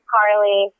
Carly